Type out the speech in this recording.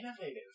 innovative